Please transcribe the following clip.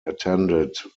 attended